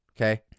okay